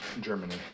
Germany